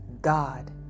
God